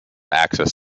access